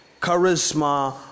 charisma